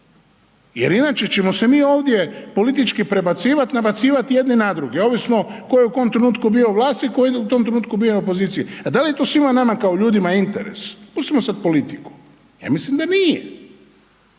Jer inače ćemo se mi ovdje politički prebacivati, nabacivati jedni na druge, ovisno koji je u kom trenutku bio u vlasti, tko je u tom trenutku bio u opoziciji. A da li je to svima nama kao ljudima interes? Pustimo sad politiku? Ja mislim da nije.